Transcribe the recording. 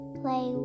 play